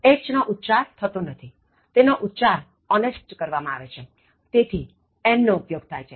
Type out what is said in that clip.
h નો ઉચ્ચાર થતો નથી તેનો ઉચ્ચાર ઓનેસ્ટ કરવામાં આવે છે તેથી an નો ઉપયોગ થાય છે